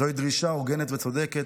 זוהי דרישה הוגנת וצודקת,